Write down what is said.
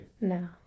No